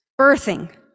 Birthing